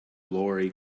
lorry